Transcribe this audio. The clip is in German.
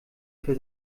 für